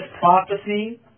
prophecy